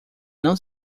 não